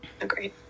Agreed